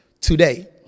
today